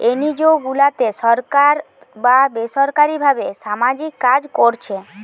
NGO গুলাতে সরকার বা বেসরকারী ভাবে সামাজিক কাজ কোরছে